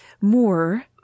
more